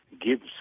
gives